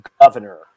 governor